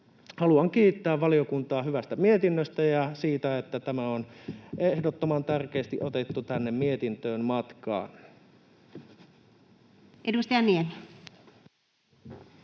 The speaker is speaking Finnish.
Haluan kiittää valiokuntaa hyvästä mietinnöstä ja siitä, että tämä on ehdottoman tärkeästi otettu mietintöön matkaan. [Speech